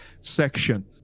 section